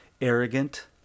arrogant